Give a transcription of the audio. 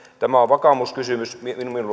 tämä on vakaumuskysymys